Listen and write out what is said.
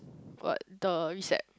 but the receipt